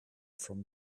from